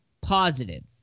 positive